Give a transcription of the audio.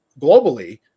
globally